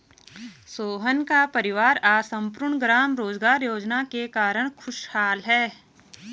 सोहन का परिवार आज सम्पूर्ण ग्राम रोजगार योजना के कारण खुशहाल है